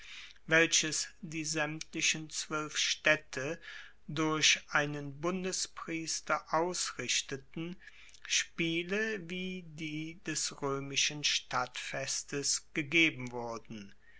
welches die saemtlichen zwoelfstaedte durch einen bundespriester ausrichteten spiele wie die des roemischen stadtfestes gegeben wurden